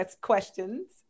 questions